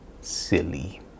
Silly